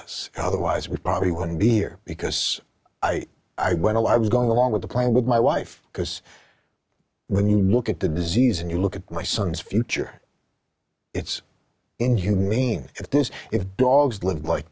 us otherwise we probably wouldn't be here because i went i was going along with the plane with my wife because when you look at the disease and you look at my son's future it's inhumane if this if dogs live like